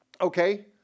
okay